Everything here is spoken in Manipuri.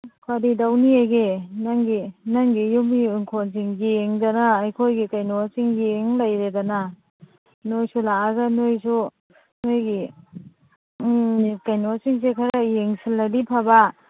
ꯀꯔꯤꯇꯧꯅꯤꯒꯦ ꯅꯪꯒꯤ ꯅꯪꯒꯤ ꯌꯨꯝꯒꯤ ꯏꯪꯈꯣꯟꯁꯤꯡ ꯌꯦꯡꯗꯅ ꯑꯩꯈꯣꯏꯒꯤ ꯀꯩꯅꯣꯁꯤꯡ ꯌꯦꯡ ꯂꯩꯔꯦꯗꯅ ꯅꯣꯏꯁꯨ ꯂꯥꯛꯑꯒ ꯅꯣꯏꯁꯨ ꯅꯣꯏꯒꯤ ꯀꯩꯅꯣꯁꯤꯡꯁꯦ ꯈꯔ ꯌꯦꯡꯁꯤꯜꯂꯗꯤ ꯐꯕ